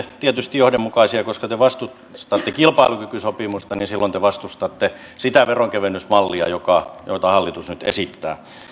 tietysti johdonmukaisia koska te vastustatte kilpailukykysopimusta niin silloin te vastustatte sitä veronkevennysmallia jota hallitus nyt esittää